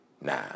Nah